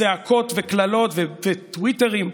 צעקות, קללות וטוויטרים.